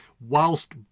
whilst